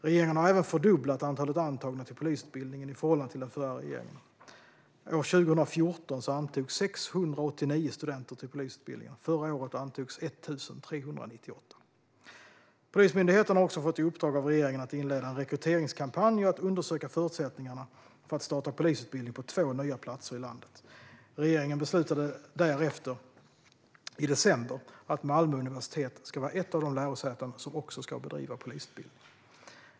Regeringen har även fördubblat antalet antagna till polisutbildningen i förhållande till den förra regeringen. År 2014 antogs 689 studenter till polisutbildningen, förra året antogs 1 398. Polismyndigheten har också fått i uppdrag av regeringen att inleda en rekryteringskampanj och att undersöka förutsättningarna för att starta polisutbildning på två nya platser i landet. Regeringen beslutade därefter i december att Malmö universitet ska vara ett av de lärosäten som också ska bedriva polisutbildning.